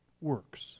works